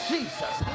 Jesus